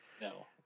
no